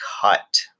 cut